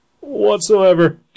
Whatsoever